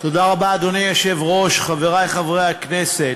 היושב-ראש, תודה רבה, חברי חברי הכנסת,